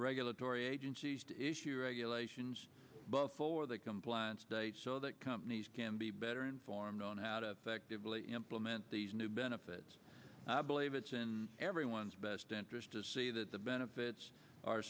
regulatory agencies to issue regulations for the compliance date so that companies can be better informed on how to effectively implement these new benefits i believe it's in everyone's best interest to see that the benefits are